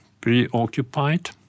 preoccupied